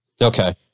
Okay